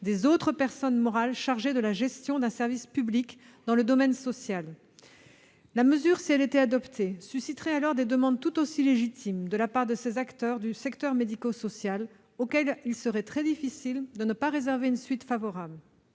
des autres personnes morales chargées de la gestion d'un service public dans le domaine social. Cette mesure, si elle était adoptée, susciterait donc des demandes également justifiées de la part des autres acteurs du secteur médico-social, auxquelles il serait très difficile de ne pas donner une suite favorable.